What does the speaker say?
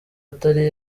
atari